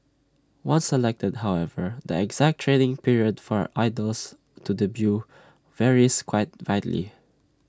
once selected however the exact training period for idols to debut varies quite widely